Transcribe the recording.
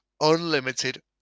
unlimited